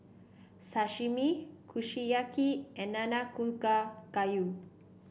Sashimi Kushiyaki and Nanakusa Gayu